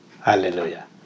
Hallelujah